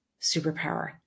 superpower